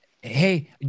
hey